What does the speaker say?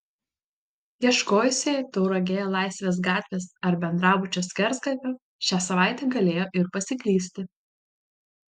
ieškojusieji tauragėje laisvės gatvės ar bendrabučio skersgatvio šią savaitę galėjo ir pasiklysti